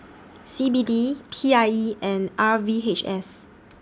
C B D P I E and R V H S